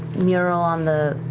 mural on the,